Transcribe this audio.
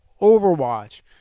Overwatch